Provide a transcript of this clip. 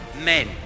Men